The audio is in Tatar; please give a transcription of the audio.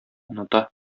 оныта